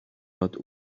out